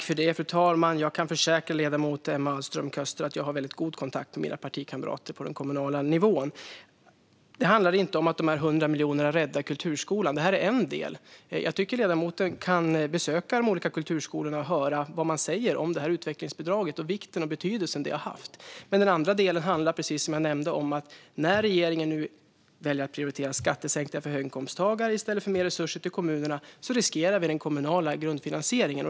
Fru talman! Jag kan försäkra ledamoten Emma Ahlström Köster att jag har en mycket god kontakt med mina partikamrater på den kommunala nivån. Det handlar inte om att de 100 miljonerna räddar kulturskolan. De är en del. Jag tycker att ledamoten kan besöka de olika kulturskolorna och höra vad man säger om vikten och betydelsen av utvecklingsbidraget. Den andra delen handlar, precis som jag nämnde, om att när regeringen väljer att prioritera skattesänkningar för höginkomsttagare i stället för mer resurser till kommunerna riskerar vi den kommunala grundfinansieringen.